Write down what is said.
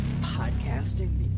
Podcasting